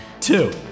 two